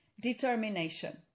determination